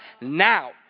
now